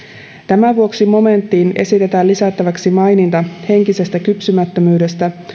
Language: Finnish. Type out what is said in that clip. tämän vuoksi momenttiin esitetään lisättäväksi maininta henkisestä kypsymättömyydestä